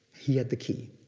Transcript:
he had the key,